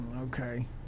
Okay